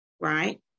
Right